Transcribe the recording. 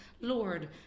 Lord